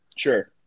sure